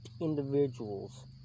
individuals